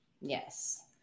Yes